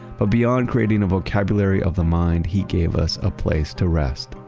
but beyond creating a vocabulary of the mind, he gave us a place to rest,